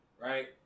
right